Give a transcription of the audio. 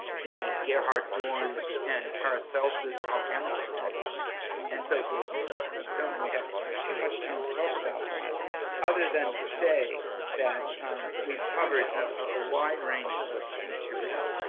the gerhard dorn and paracelsus alchemical texts and so forth and so on don't really have too much time to talk about that other than to say that we've covered a wide range of material.